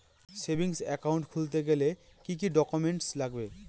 Savings account খুলতে গেলে কি কি ডকুমেন্টস লাগবে?